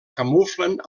camuflen